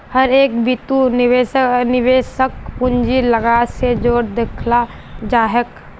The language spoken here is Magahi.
हर एक बितु निवेशकक पूंजीर लागत स जोर देखाला जा छेक